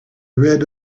read